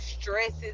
stresses